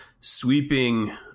sweeping